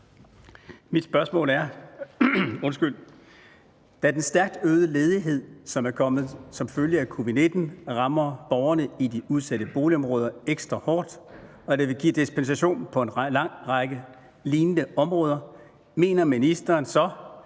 Mit spørgsmål er: Da den stærkt øgede ledighed, som er kommet som følge af covid-19, rammer borgerne i de udsatte boligområder ekstra hårdt, og da vi giver dispensation på en lang række lignende områder, mener ministeren så,